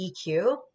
EQ